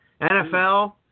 NFL